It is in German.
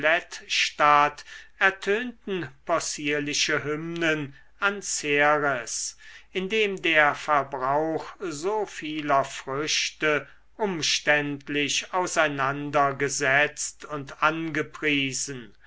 schlettstadt ertönten possierliche hymnen an ceres indem der verbrauch so vieler früchte umständlich auseinander gesetzt und angepriesen